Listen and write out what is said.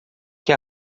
que